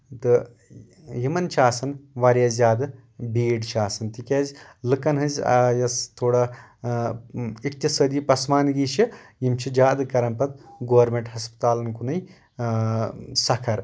تہٕ یِمن چھِ آسان واریاہ زیادٕ بیٖڈ چھِ آسان تِکیازِ لُکن ہٕنٛز یۄس تھوڑا اِکتِصٲدی پَسمانگی چھِ یِم چھِ زیادٕ کران پَتہٕ گوٚرمیٚنٛٹ ہسپَتلَن کُنُے سَکھر